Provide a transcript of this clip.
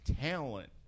talent